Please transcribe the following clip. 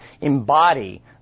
embody